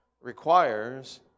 requires